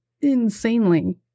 insanely